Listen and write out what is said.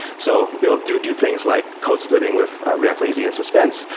so they'll do do things like code splitting with react lazy and suspense.